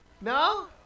No